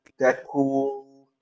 Deadpool